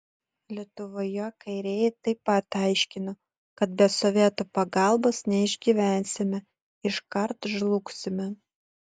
lietuvoje kairieji taip pat aiškino kad be sovietų pagalbos neišgyvensime iškart žlugsime